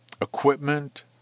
equipment